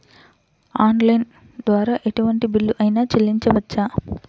Online ద్వారా ఎటువంటి bill అయినా చెల్లించవచ్చా?